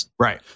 Right